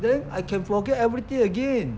then I can forget everything again